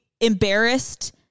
embarrassed